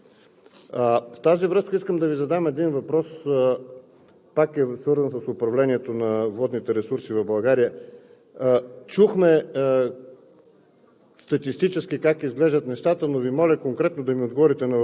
с това искам да Ви задам един въпрос, който е свързан с управлението на водните ресурси в България. Чухме